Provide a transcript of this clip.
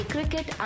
Cricket